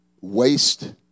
waste